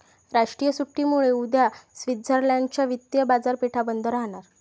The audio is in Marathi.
राष्ट्रीय सुट्टीमुळे उद्या स्वित्झर्लंड च्या वित्तीय बाजारपेठा बंद राहणार